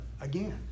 again